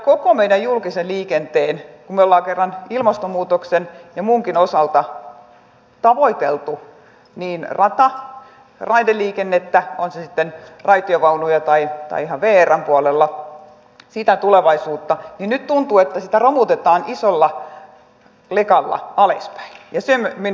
kun me olemme kerran ilmastonmuutoksen ja muunkin osalta tavoitelleet niin rata kuin raideliikennettä on se sitten raitiovaunuja tai ihan vrn puolella sitä tulevaisuutta niin nyt tuntuu että koko meidän julkista liikennettä romutetaan isolla lekalla alaspäin ja se on minun huoleni